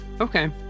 okay